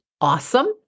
Awesome